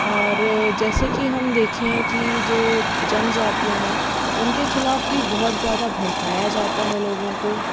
और जैसे कि हम देखें कि जो जनजातियाँ हैं उनके ख़िलाफ़ भी बहुत ज़्यादा भड़काया जाता है लोगों को